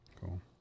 Cool